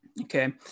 okay